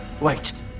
Wait